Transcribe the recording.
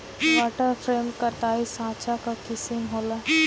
water frame कताई साँचा कअ किसिम होला